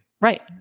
Right